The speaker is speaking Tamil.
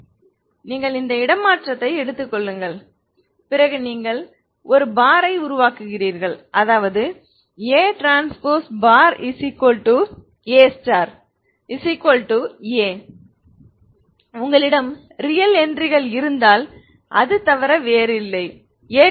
எனவே நீங்கள் இந்த இடமாற்றத்தை எடுத்துக் கொள்ளுங்கள் பிறகு நீங்கள் ஒரு பார் ஐ உருவாக்குகிறீர்கள் அதாவது ATA A உங்களிடம் ரியல் என்ட்ரிகள் இருந்தால் அது தவிர வேறில்லை AT A